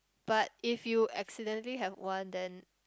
but if you accidentally have one then